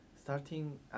starting